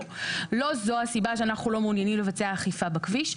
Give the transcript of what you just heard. לא זאת הסיבה לכך שאנחנו לא מעוניינים לבצע אכיפה בכביש.